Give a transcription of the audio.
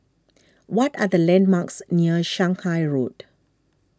what are the landmarks near Shanghai Road